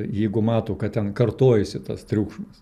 jeigu mato kad ten kartojasi tas triukšmas